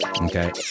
Okay